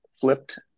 flipped